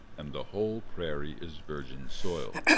and the whole prairie is virgin soil.